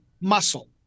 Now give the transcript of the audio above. muscle